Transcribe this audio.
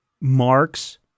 Mark's